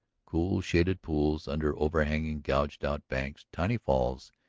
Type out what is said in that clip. cool, shaded pools under overhanging, gouged-out banks, tiny falls,